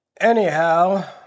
Anyhow